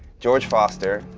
george foster,